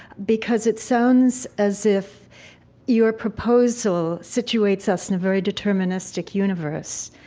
because it sounds as if your proposal situates us in a very deterministic universe,